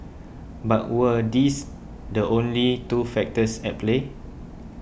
but were these the only two factors at play